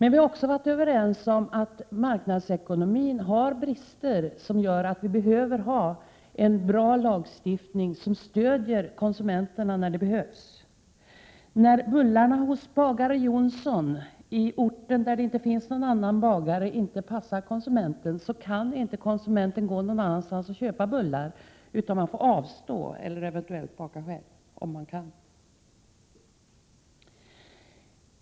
Vi har också varit överens om att det finns brister i marknadsekonomin som gör att en bra lagstiftning är nödvändig som stöd för konsumenterna när det behövs. När bullarna hos bagare Jonsson, på orten där det inte finns någon annan bagare, inte passar konsumenten kan han inte gå någon annanstans och köpa bullar utan får avstå eller baka själv, om han kan.